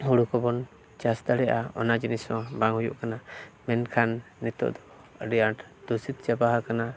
ᱦᱩᱲᱩ ᱠᱚᱵᱚᱱ ᱪᱟᱥ ᱫᱟᱲᱮᱭᱟᱜᱼᱟ ᱚᱱᱟ ᱡᱤᱱᱤᱥ ᱦᱚᱸ ᱵᱟᱝ ᱦᱩᱭᱩᱜ ᱠᱟᱱᱟ ᱢᱮᱱᱠᱷᱟᱱ ᱱᱤᱛᱳᱜ ᱟᱹᱰᱤ ᱟᱸᱴ ᱫᱩᱥᱤᱛᱚ ᱪᱟᱵᱟ ᱟᱠᱟᱱᱟ